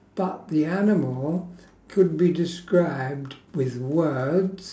but the animal could be described with words